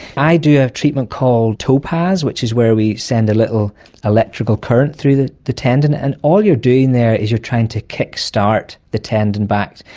i do a treatment called topaz which is where we send a little electrical current through the the tendon, and all you're doing there is you're trying to kickstart the tendon back.